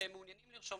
שמעוניינים לרשום קנאביס,